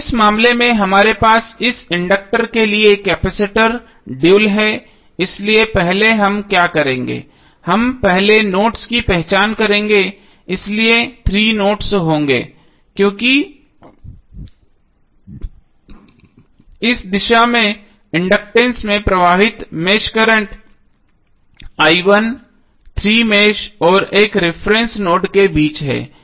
तो इस मामले में हमारे पास इस इंडक्टर के लिए कैपेसिटर ड्यूल है इसलिए पहले हम क्या करेंगे हम पहले नोड्स की पहचान करेंगे इसलिए 3 नोड होंगे क्योंकि इस दिशा में इंडक्टेंस में प्रवाहित मेष करंट i1 3 मेष और 1 रिफरेन्स नोड के बीच हैं